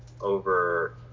over